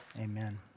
Amen